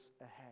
ahead